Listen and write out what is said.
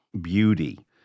beauty